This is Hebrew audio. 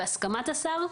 בהסכמת השר,